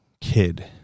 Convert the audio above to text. kid